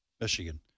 Michigan